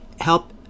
help